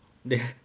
the